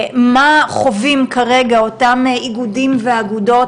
מה חווים כרגע אותם איגודים ואגודות,